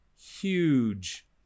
huge